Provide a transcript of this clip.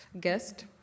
guest